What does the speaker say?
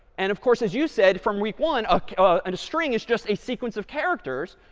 and of course, as you said, from week one, ah ah and a string is just a sequence of characters.